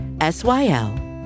S-Y-L